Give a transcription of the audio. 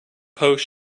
post